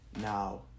Now